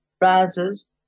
Rises